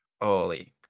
Holy